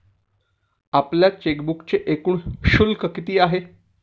आपल्या चेकबुकचे एकूण शुल्क किती आहे?